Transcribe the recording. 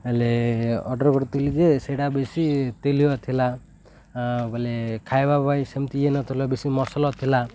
ହେଲେ ଅର୍ଡ଼ର କରିଥିଲି ଯେ ସେଇଟା ବେଶି ତେଲିୟ ଥିଲା ବୋଲେ ଖାଇବା ପାଇଁ ସେମିତି ଇଏ ନଥିଲା ବେଶୀ ମସଲ ଥିଲା